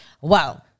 Wow